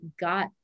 got